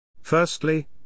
Firstly